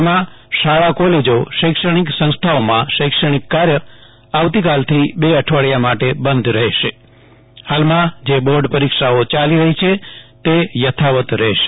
રાજ્યમાં શાળા કોલેજો શૈક્ષણિક સંસ્થાઓમાં શૈક્ષણિક કાર્ય આવતી કાલ થી બે અઠવાડિયા માટે બંધ રહેશેહાલ માં જે બોર્ડ પરીક્ષાઓ યાલી રહી છે તે યથાવત રહેશે